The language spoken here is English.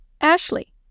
Ashley